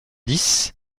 dix